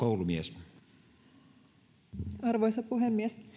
arvoisa puhemies